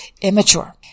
Immature